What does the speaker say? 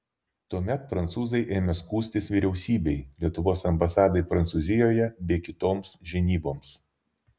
tuomet prancūzai ėmė skųstis vyriausybei lietuvos ambasadai prancūzijoje bei kitoms žinyboms